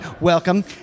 welcome